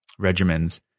regimens